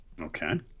okay